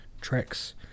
tracks